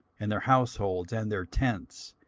and their households, and their tents,